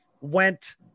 went